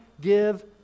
give